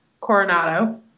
Coronado